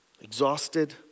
Exhausted